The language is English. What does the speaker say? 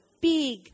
big